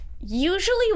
Usually